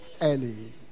early